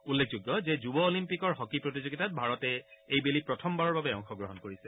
উল্লেখযোগ্য যে যুৱ অলিম্পিকৰ হকী প্ৰতিযোগিতাত ভাৰতে এইবেলি প্ৰথমবাৰৰ বাবে অংশগ্ৰহণ কৰিছে